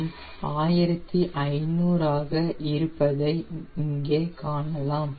M 1500 ஆக அதிகரிப்பதை இங்கே காணலாம்